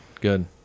Good